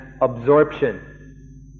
absorption